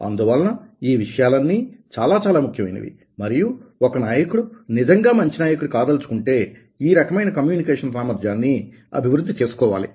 అందువలన ఈ విషయాలన్నీ చాలా చాలా ముఖ్యమైనవి మరియు ఒక నాయకుడు నిజంగా మంచి నాయకుడు కాదలుచుకుంటే ఈ రకమైన కమ్యూనికేషన్ సామర్థ్యాన్ని అభివృద్ధి చేసుకోవాలి